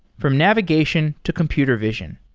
from navigation to computer vision.